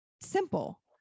simple